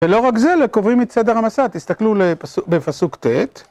ולא רק זה, לקובעים את סדר המסע, תסתכלו בפסוק ט'.